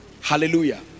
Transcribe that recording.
Hallelujah